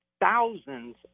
thousands